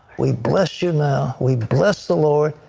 we bless you, know we bless the lord.